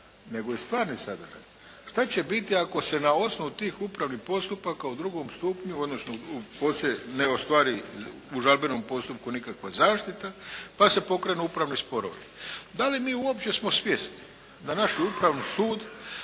nego i stvarni sadržaj. Šta će biti ako se na osnovu tih upravnih postupaka u drugom stupnju odnosno poslije ne ostvari u žalbenom postupku nikakva zaštita, pa se pokrenu upravni sporovi? Da li mi uopće smo svjesni da naš Upravni sud